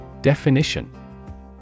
Definition